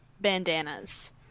bandanas